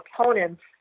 opponents